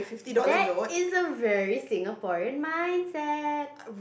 that isn't very Singaporean mindset